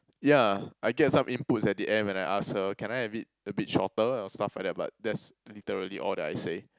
ya I get some inputs at the end when I ask her can I have it a bit shorter or stuff like that but that's literally all that I say